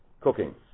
cooking